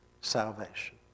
salvation